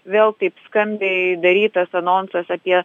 vėl taip skambiai darytas anonsas apie